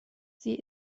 sie